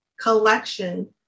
collection